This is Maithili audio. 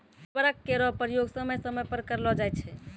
उर्वरक केरो प्रयोग समय समय पर करलो जाय छै